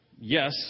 yes